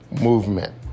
movement